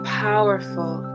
powerful